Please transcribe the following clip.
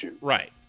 Right